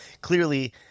clearly